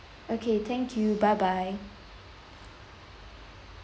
okay thank you bye bye